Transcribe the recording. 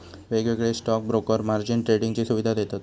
वेगवेगळे stock broker margin ट्रेडिंगची सुवीधा देतत